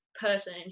person